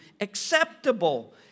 acceptable